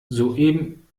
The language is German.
soeben